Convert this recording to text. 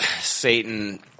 Satan